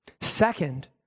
Second